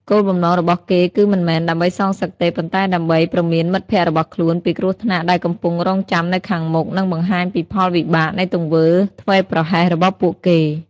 គោលបំណងរបស់គេគឺមិនមែនដើម្បីសងសឹកទេ ប៉ុន្តែដើម្បី ព្រមានមិត្តភ័ក្តិរបស់ខ្លួន ពីគ្រោះថ្នាក់ដែលកំពុងរង់ចាំនៅខាងមុខ និងបង្ហាញពីផលវិបាកនៃទង្វើធ្វេសប្រហែសរបស់ពួកគេ។